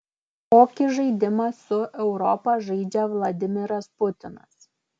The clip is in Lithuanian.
kokį žaidimą su europa žaidžia vladimiras putinas